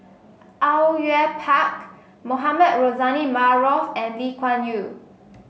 Au Yue Pak Mohamed Rozani Maarof and Lee Kuan Yew